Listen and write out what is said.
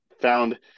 found